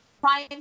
prime